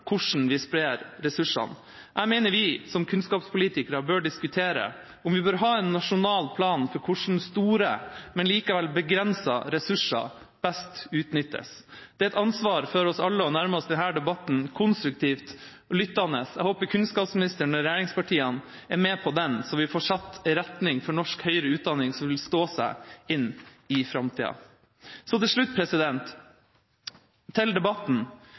hvordan vi sprer ressursene. Jeg mener vi som kunnskapspolitikere bør diskutere om vi bør ha en nasjonal plan for hvordan store, men likevel begrensede, ressurser best utnyttes. Det er et ansvar for oss alle å nærme oss denne debatten konstruktivt og lyttende. Jeg håper kunnskapsministeren og regjeringspartiene er med på det, så vi får satt en retning for norsk høyere utdanning som vil stå seg inn i framtida. Til slutt, til debatten: